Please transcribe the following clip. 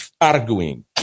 arguing